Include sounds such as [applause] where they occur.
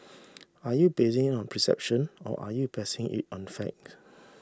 [noise] are you basing it on perception or are you basing it on fact [noise]